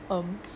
err